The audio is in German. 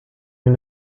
den